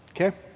Okay